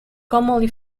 commonly